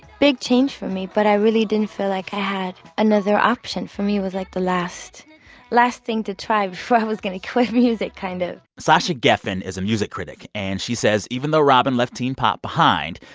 big change for me. but i really didn't feel like i had another option. for me, it was like the last last thing to try before i was going to quit music kind of sasha geffen is a music critic. and she says, even though robyn left teen pop behind,